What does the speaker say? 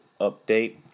update